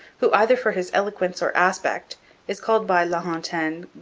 who either for his eloquence or aspect is called by la hontan,